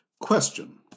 question